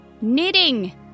Knitting